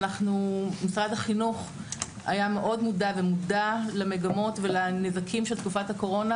שמשרד החינוך היה מאוד מודע למגמות ולנזקים של תקופת הקורונה,